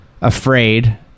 afraid